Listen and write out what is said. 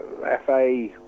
FA